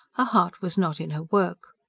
her heart was not in her work.